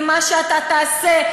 מה שאתה תעשה,